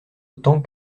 autant